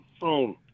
phone